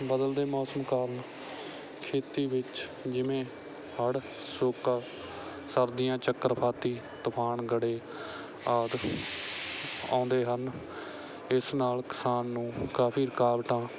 ਬਦਲਦੇ ਮੌਸਮ ਕਾਰਨ ਖੇਤੀ ਵਿੱਚ ਜਿਵੇਂ ਹੜ੍ਹ ਸੋਕਾ ਸਰਦੀਆਂ ਚੱਕਰਵਾਤੀ ਤੂਫਾਨ ਗੜ੍ਹੇ ਆਦਿ ਆਉਂਦੇ ਹਨ ਇਸ ਨਾਲ ਕਿਸਾਨ ਨੂੰ ਕਾਫੀ ਰੁਕਾਵਟਾਂ